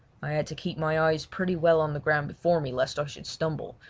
i had to keep my eyes pretty well on the ground before me, lest i should stumble,